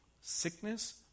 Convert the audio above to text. sickness